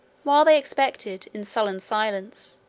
while they expected, in sullen silence,